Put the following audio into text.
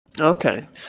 Okay